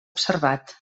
observat